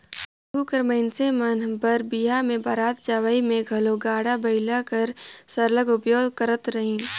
आघु कर मइनसे मन बर बिहा में बरात जवई में घलो गाड़ा बइला कर सरलग उपयोग करत रहिन